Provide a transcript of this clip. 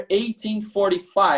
1845